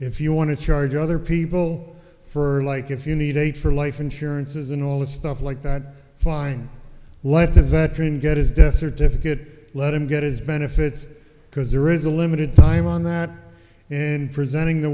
if you want to charge other people for like if you need aid for life insurance isn't all that stuff like that fine let the veteran get his death certificate let him get his benefits because there is a limited time on that in presenting the